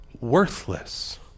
worthless